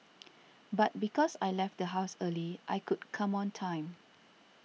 but because I left the house early I could come on time